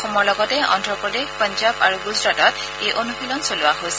অসমৰ লগতে অভ্ৰপ্ৰদেশ পঞ্জাৱ আৰু গুজৰাটত এই অনুশীলন চলোৱা হৈছিল